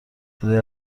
صدای